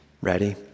Ready